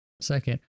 Second